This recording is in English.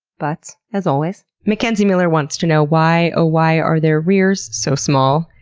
butts, as always. makenzie miller wants to know why, oh why, are their rears so small!